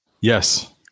Yes